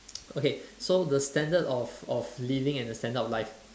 okay so the standard of of living and the standard of life